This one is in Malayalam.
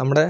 നമ്മുടെ